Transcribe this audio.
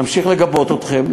נמשיך לגבות אתכם,